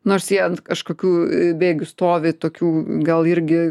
nors jie ant kažkokių bėgių stovi tokių gal irgi